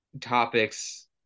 topics